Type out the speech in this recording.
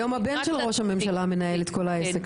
היום הבן של ראש הממשלה מנהל את כל העסק,